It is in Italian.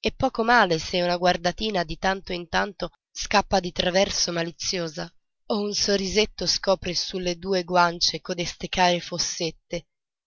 e poco male se una guardatina di tanto in tanto scappa di traverso maliziosa o un sorrisetto scopre su le due guance codeste care fossette